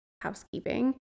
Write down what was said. housekeeping